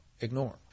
ignore